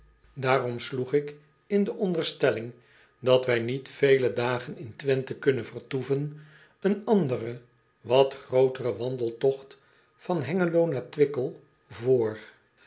aarom sloeg ik in de onderstelling dat wij niet vele dagen in wenthe kunnen vertoeven een anderen wat grooteren wandeltogt van engelo naar wickel voor